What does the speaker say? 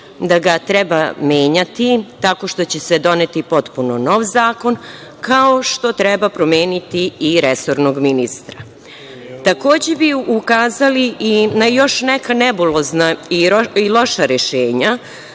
da ga treba menjati tako što će se doneti potpuno nov zakon, kao što treba promeniti i resornog ministra. Takođe bi ukazali i na još neka nebulozna i loša rešenja